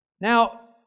Now